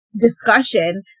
discussion